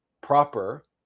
proper